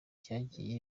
byagiye